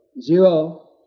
Zero